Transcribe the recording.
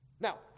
Now